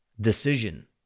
decision